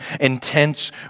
intense